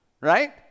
right